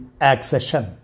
accession